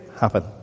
happen